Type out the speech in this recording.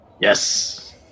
Yes